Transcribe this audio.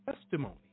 testimony